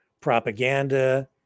propaganda